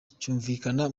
cyumvikana